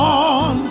on